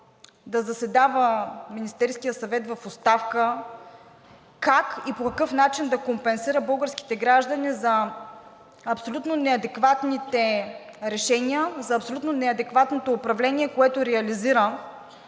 да започне да заседава как и по какъв начин да компенсира българските граждани за абсолютно неадекватните решения, за абсолютно неадекватното управление, което реализира